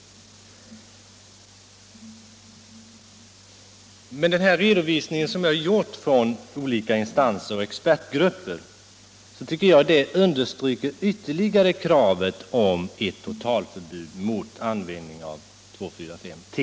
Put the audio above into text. Jag tycker att den redovisning jag gjort av uttalande från olika instanser och expertgrupper ytterligare understryker kravet om ett totalförbud mot användning av 2,4,5-T.